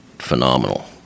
phenomenal